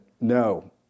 no